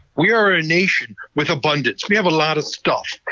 we are a nation with abundance, we have a lot of stuff,